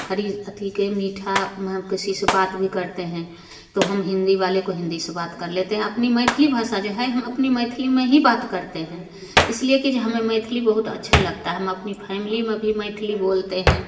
हर अथि के मीठा हम किसी से बात भी करते हैं तो हम हिंदी वाले को हिंदी से बात कर लेते हैं अपनी मैथिली भाषा जो हैं हम अपनी मैथिली में ही बात करते हैं इसलिए की जो हमें मैथिली बहुत अच्छा लगता है हम अपनी फ़ैमली में भी मैथिली बोलते हैं